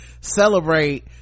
celebrate